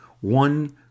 one